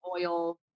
oil